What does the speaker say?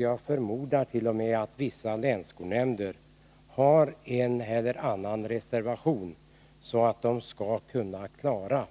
Jag förmodar att vissa länsskolnämnder t.o.m. har en eller annan reservation, så att de skall kunna klara